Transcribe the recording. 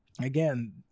again